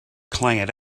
client